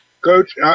Coach